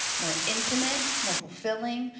more intimate, more fulfilling,